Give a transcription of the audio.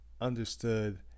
understood